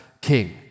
king